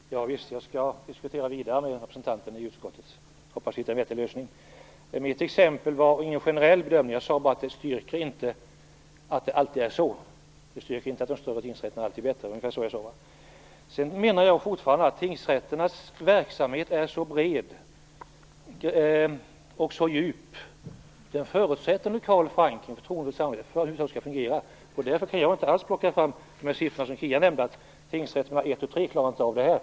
Herr talman! Visst skall jag diskutera vidare med representanten i utskottet. Jag hoppas att vi hittar en vettig lösning. Mitt exempel var inte någon generell bedömning. Jag sade bara att det inte styrker att det är så att de större tingsrätterna alltid är bättre. Det var ungefär så jag sade. Jag menar fortfarande att tingsrätternas verksamhet är bred och djup och att den förutsätter en lokal förankring och ett förtroende från samhället för att det över huvud taget skall fungera. Därför kan jag inte alls plocka fram de siffror som Kia Andreasson nämnde, om att tingsrätter som har en till tre domare inte klarar det här.